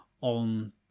on